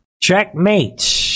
Checkmate